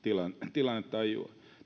tilannetajua